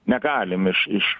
negalim iš iš